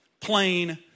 plain